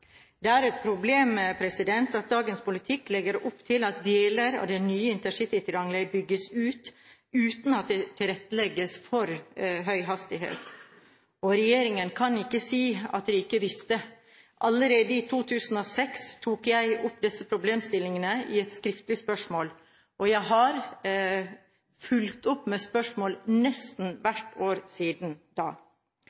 det. Det er et problem at dagens politikk legger opp til at deler av det nye intercitytriangelet bygges ut uten at det tilrettelegges for høyhastighet, og regjeringen kan ikke si at den ikke visste. Allerede i 2006 tok jeg opp disse problemstillingene i et skriftlig spørsmål, og jeg har fulgt opp med spørsmål nesten